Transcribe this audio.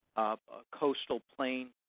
a coastal plain